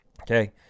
Okay